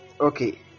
okay